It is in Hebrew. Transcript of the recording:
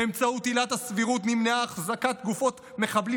באמצעות עילת הסבירות נמנעה החזקת גופות מחבלים